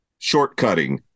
shortcutting